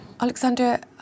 Alexandra